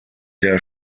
der